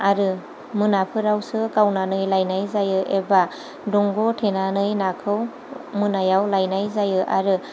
आरो मोनाफोरावसो गावनानै लायलाय जायो एबा दंग' थेनानै नाखौ मोनायाव लायनाय जायो आरो